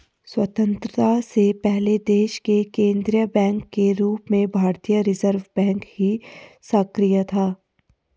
स्वतन्त्रता से पहले देश के केन्द्रीय बैंक के रूप में भारतीय रिज़र्व बैंक ही सक्रिय था